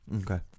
Okay